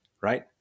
Right